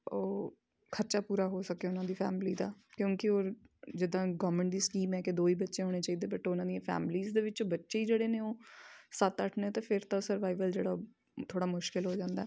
ਉਹ ਖਰਚਾ ਪੂਰਾ ਹੋ ਸਕੇ ਉਹਨਾਂ ਦੀ ਫੈਮਲੀ ਦਾ ਕਿਉਂਕਿ ਉਹ ਜਿੱਦਾਂ ਗੌਵਮੈਂਟ ਦੀ ਸਕੀਮ ਹੈ ਕਿ ਦੋ ਹੀ ਬੱਚੇ ਹੋਣੇ ਚਾਹੀਦੇ ਬਟ ਉਹਨਾਂ ਦੀਆਂ ਫੈਮਲੀਜ਼ ਦੇ ਵਿੱਚੋਂ ਬੱਚੇ ਹੀ ਜਿਹੜੇ ਨੇ ਉਹ ਸੱਤ ਅੱਠ ਨੇ ਤਾਂ ਫਿਰ ਤਾਂ ਸਰਵਾਈਵਲ ਜਿਹੜਾ ਥੋੜ੍ਹਾ ਮੁਸ਼ਕਿਲ ਹੋ ਜਾਂਦਾ